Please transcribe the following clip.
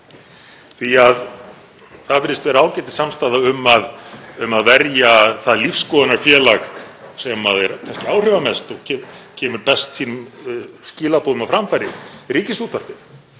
Það virðist vera ágætissamstaða um að verja það lífsskoðunarfélag sem er kannski áhrifamest og kemur sínum skilaboðum best á framfæri, Ríkisútvarpið.